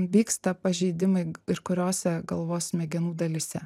vyksta pažeidimai ir kuriose galvos smegenų dalyse